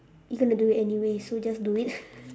you gonna do it anyway so just do it